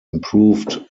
improved